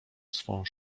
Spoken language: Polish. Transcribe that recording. swą